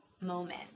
moment